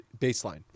baseline